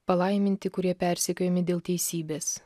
palaiminti kurie persekiojami dėl teisybės